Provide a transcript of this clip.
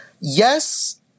yes